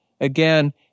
again